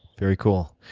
very cool.